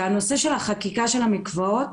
שהנושא של החקיקה של המקוואות,